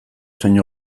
zein